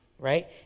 Right